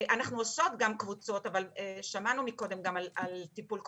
אנחנו עושות גם קבוצות ושמענו קודם על טיפול קבוצתי,